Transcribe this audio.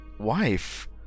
wife